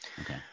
Okay